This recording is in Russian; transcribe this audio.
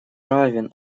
раввин